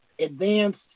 advanced